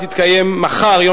הנני מתכבד להודיע,